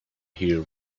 here